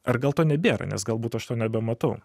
ar gal to nebėra nes galbūt aš to nebematau